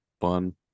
fun